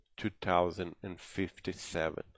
2057